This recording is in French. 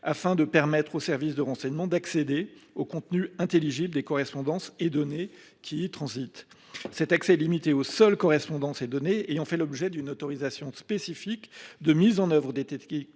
afin de permettre aux services de renseignement d’accéder au contenu intelligible des correspondances et aux données qui y transitent. Cet accès est limité aux seules correspondances et aux données ayant fait l’objet d’une autorisation spécifique de mise en œuvre des techniques